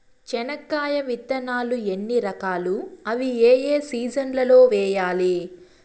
చెనక్కాయ విత్తనాలు ఎన్ని రకాలు? అవి ఏ ఏ సీజన్లలో వేయాలి?